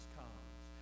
comes